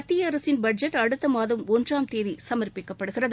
மத்தியஅரசின் பட்ஜெட் அடுத்தமாதம் ஒன்றாம் தேதிசமா்ப்பிக்கப்படுகிறது